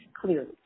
clearly